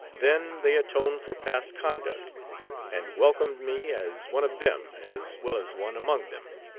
then they atoned for past conduct and welcomed me as one of them as well as one among them.